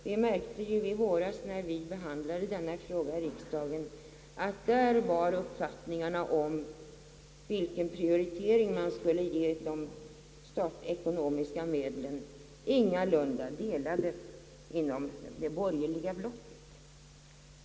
Vi märkte ju i våras, när vi behandlade denna fråga i riksdagen, att uppfattningarna om vilken prioritering som skulle ges de ekonomiska medlen ingalunda var odelade inom det borgerliga blocket.